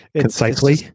Concisely